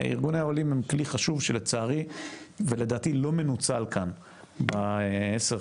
ארגוני העולים הם כלי חשוב שלצערי ולדעתי לא מנוצל כאן כראוי בעשר,